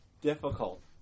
difficult